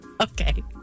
Okay